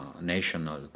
national